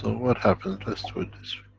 what happened, let's do it